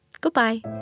Goodbye